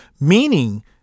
meaning